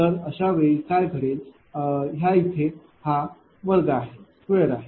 तर अशा वेळी काय घडेल ह्या इथे हा वर्ग आहे